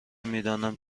میدانیم